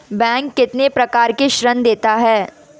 Bank कितने प्रकार के ऋण देता है?